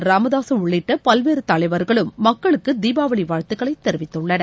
ராமதாசு உள்ளிட்ட பல்வேறு தலைவர்களும் மக்களுக்கு தீபாவளி வாழ்த்துக்களை தெரிவித்துள்ளனர்